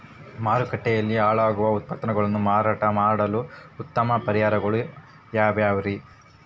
ಮಾರುಕಟ್ಟೆಯಲ್ಲಿ ಹಾಳಾಗುವ ಉತ್ಪನ್ನಗಳನ್ನ ಮಾರಾಟ ಮಾಡಲು ಉತ್ತಮ ಪರಿಹಾರಗಳು ಯಾವ್ಯಾವುರಿ?